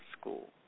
school